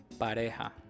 Pareja